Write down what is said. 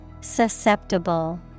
Susceptible